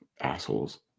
assholes